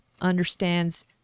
understands